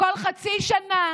כל חצי שנה